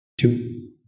Two